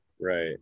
right